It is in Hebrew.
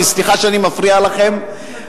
סליחה שאני מפריע לכם,